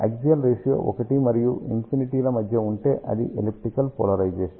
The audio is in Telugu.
యాక్సిస్ రేషియో 1 మరియు ఇన్ఫినిటీ ల మధ్య ఉంటే అది ఎలిప్తికల్ పోలరైజేషన్